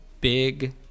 big